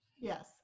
yes